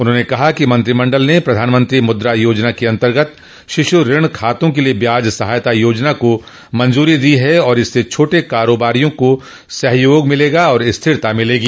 उन्होंने कहा कि मंत्रिमंडल ने प्रधानमंत्री मुद्रा योजना के अंतर्गत शिशु ऋण खातों के लिए ब्याज सहायता योजना को मंजूरी दी है और इससे छोटे कारोबारियों को सहयोग तथा स्थिरता मिलेगी